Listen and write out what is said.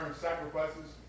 sacrifices